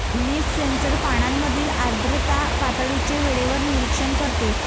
leaf sensor पानांमधील आर्द्रता पातळीचे वेळेवर निरीक्षण करते